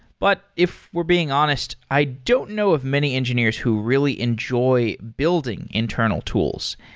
but if we're being honest, i don't know of many engineers who really enjoy building internal tools.